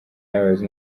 n’abayobozi